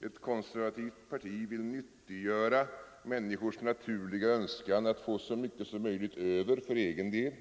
Ett konservativt parti vill nyttiggöra människors naturliga önskan att få så mycket som möjligt över för egen del